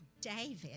David